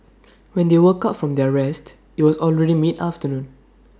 when they woke up from their rest IT was already mid afternoon